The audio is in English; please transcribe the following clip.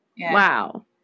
wow